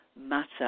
matter